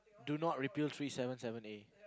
do not repeal three seven seven A